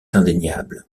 indéniable